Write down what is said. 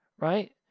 Right